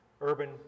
Urban